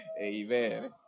Amen